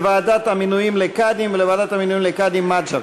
לוועדת המינויים לקאדים ולוועדת המינויים לקאדים מד'הב.